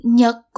nhật